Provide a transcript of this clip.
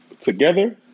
together